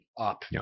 up